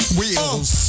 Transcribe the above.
Wheels